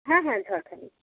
হ্যাঁ হ্যাঁ ঝড়খালি